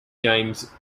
games